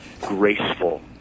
graceful